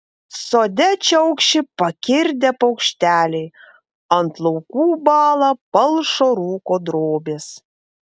sode čiaukši pakirdę paukšteliai ant laukų bąla palšo rūko drobės